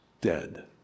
dead